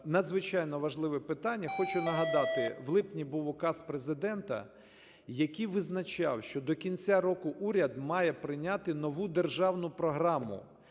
надзвичайно важливе питання. Хочу нагадати, в липні був указ Президента, який визначав, що до кінця року уряд має прийняти нову державну програму,